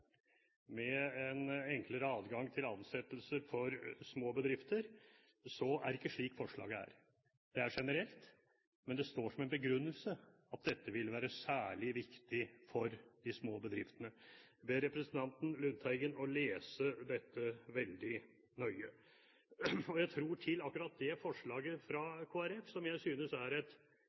med en enklere adgang for ansettelser for små bedrifter: Det er ikke slik forslaget er, det er generelt. Men det står som en begrunnelse at dette ville være særlig viktig for de små bedriftene. Jeg ber representanten Lundteigen lese dette veldig nøye. Akkurat det forslaget fra Kristelig Folkeparti, som jeg synes er et